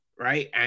Right